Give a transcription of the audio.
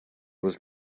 was